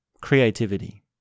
Creativity